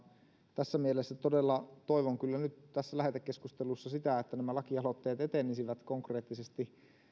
tässä mielessä todella toivon kyllä nyt tässä lähetekeskustelussa sitä että nämä lakialoitteet etenisivät konkreettisesti